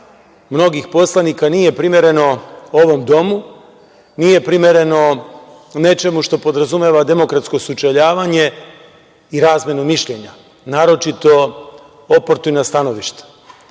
mnogih poslanika nije primereno ovom domu, nije primereno nečemu što podrazumeva demokratsko sučeljavanje i razmenu mišljenja, naročito oportuna stanovišta. Imajući